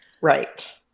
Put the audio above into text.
Right